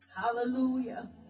Hallelujah